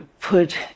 put